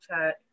chat